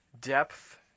depth